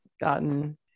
gotten